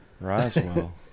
Roswell